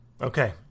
Okay